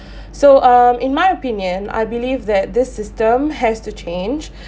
so um in my opinion I believe that this system has to change